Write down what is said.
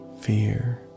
fear